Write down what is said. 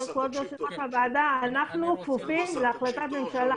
אנחנו כפופים להחלטת ממשלה.